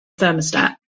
thermostat